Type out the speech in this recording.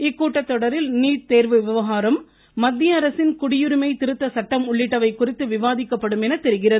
இக்கூட்டத்தொடரில் NEET தேர்வு விவகாரம் மத்திய அரசின் குடியுரிமை திருத்த சட்டம் உள்ளிட்டவை குறித்து விவாதிக்கப்படும் என தெரிகிறது